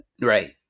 Right